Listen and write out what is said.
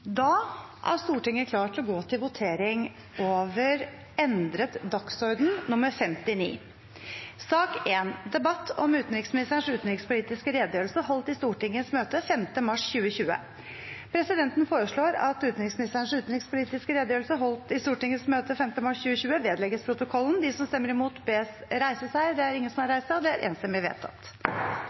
Da er Stortinget klar til å gå til votering over endret dagsorden nr. 59. Presidenten vil foreslå at utenriksministerens utenrikspolitiske redegjørelse holdt i Stortingets møte den 5. mars 2020 vedlegges protokollen. – Det anses vedtatt. Under debatten er det satt frem i alt fem forslag. Det er forslagene nr. 1 og